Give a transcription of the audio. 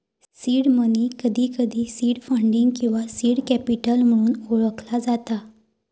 seed money, कधीकधी seed funding किंवा seed capital म्हणून ओळखला जाता